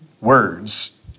words